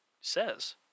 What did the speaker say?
says